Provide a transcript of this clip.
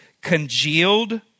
congealed